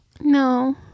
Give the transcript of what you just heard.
no